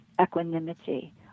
equanimity